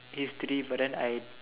history but then I